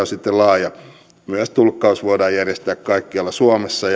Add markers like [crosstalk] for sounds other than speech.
[unintelligible] siten laaja myös tulkkaus voidaan järjestää kaikkialla suomessa [unintelligible]